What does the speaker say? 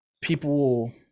people